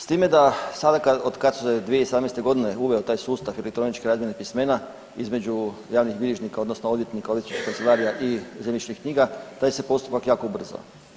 S time da sada od kada se 2017. godine uveo taj sustav elektroničke razmjene pismena između javnih bilježnika, odnosno odvjetnika, odvjetničkih kancelarija i zemljišnih knjiga taj se postupak jako ubrzao.